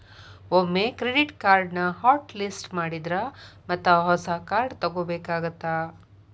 ಒಮ್ಮೆ ಕ್ರೆಡಿಟ್ ಕಾರ್ಡ್ನ hot list ಮಾಡಿದ್ರ ಮತ್ತ ಹೊಸ ಕಾರ್ಡ್ ತೊಗೋಬೇಕಾಗತ್ತಾ